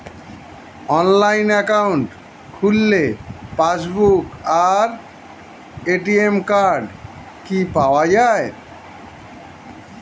Online account খুললে passbook আর ATM card কি পাওয়া যায়?